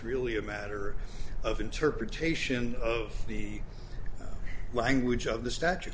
really a matter or of interpretation of the language of the statu